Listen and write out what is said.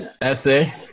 essay